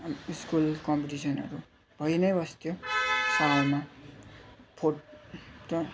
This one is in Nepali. अनि स्कुल कम्पिटिसनहरू भइनै बस्थ्यो समयमा फोटो